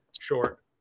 short